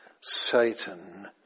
Satan